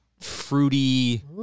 fruity